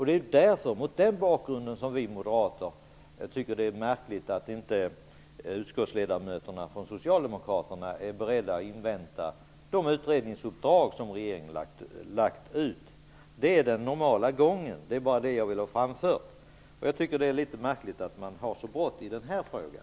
Det är mot den bakgrunden som vi moderater tycker att det är märkligt att inte de socialdemokratiska utskottsledamöterna är beredda att invänta de utredningsuppdrag som regeringen har lagt ut. Det är den normala gången. Det är bara det jag vill ha framfört. Jag tycker att det är litet märkligt att man har så brått i den här frågan.